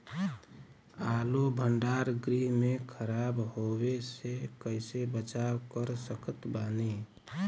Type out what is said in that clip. आलू भंडार गृह में खराब होवे से कइसे बचाव कर सकत बानी?